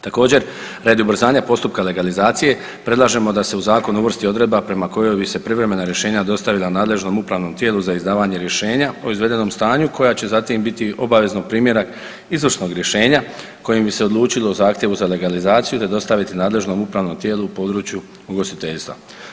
Također, radi ubrzanja postupka legalizacije predlažemo da se u zakon uvrsti odredba prema kojoj bi se privremena rješenja dostavila nadležnom upravnom tijelu za izdavanje rješenja o izvedenom stanju koja će zatim biti obavezno primjerak izvršnog rješenja kojim bi se odlučilo o zahtjevu za legalizaciju te dostaviti nadležnom upravnom tijelu u području ugostiteljstva.